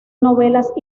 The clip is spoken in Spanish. novelas